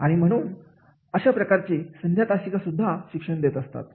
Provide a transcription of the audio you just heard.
आणि म्हणून अशा प्रकारचे संध्या तासिका सुद्धा शिक्षण देत असतात